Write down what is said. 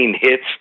hits